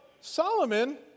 Solomon